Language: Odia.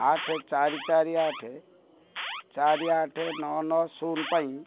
ଆଠ ଚାରି ଚାରି ଆଠ ଚାରି ଆଠ ନଅ ନଅ ଶୂନ ପାଇଁ